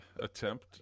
attempt